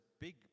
big